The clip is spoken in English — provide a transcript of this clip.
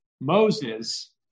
Moses